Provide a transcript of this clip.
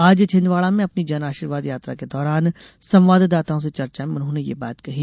आज छिंदवाड़ा में अपनी जनआशीर्वाद यात्रा के दौरान संवाददाताओं से चर्चा में उन्होंने ये बात कही